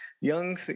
young